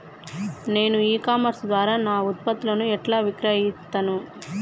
నేను e commerce ద్వారా నా ఉత్పత్తులను ఎట్లా విక్రయిత్తను?